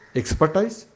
expertise